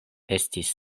estis